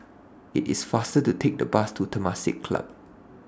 IT IS faster to Take The Bus to Temasek Club